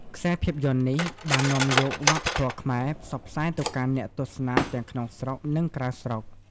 ខ្សែរភាពយន្តនេះបាននាំយក វប្បធម៌ខ្មែរផ្សព្វផ្សាយទៅកាន់អ្នកទស្សនាទាំងក្នុងស្រុក និងក្រៅស្រុក ។